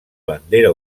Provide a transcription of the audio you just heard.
bandera